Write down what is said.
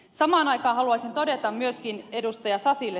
samaan aikaan haluaisin todeta myöskin ed